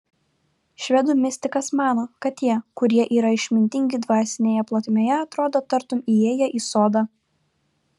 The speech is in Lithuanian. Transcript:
švedų mistikas mano kad tie kurie yra išmintingi dvasinėje plotmėje atrodo tartum įėję į sodą